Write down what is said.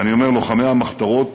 ואני אומר "לוחמי המחתרות"